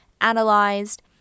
analyzed